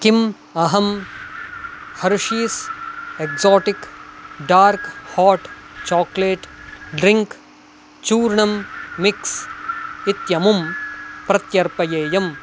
किम् अहं Hershey's exotic dark hot chocolate drink चूर्णम् मिक्स् इत्यमुं प्रत्यर्पयेयम्